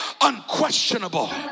unquestionable